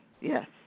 yes